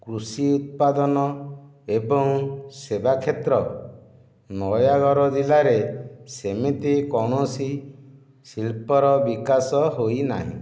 କୃଷି ଉତ୍ପାଦନ ଏବଂ ସେବା କ୍ଷେତ୍ର ନୟାଗଡ଼ ଜିଲ୍ଲାରେ ସେମିତି କୌଣସି ଶିଳ୍ପ ର ବିକାଶ ହୋଇନାହିଁ